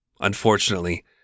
Unfortunately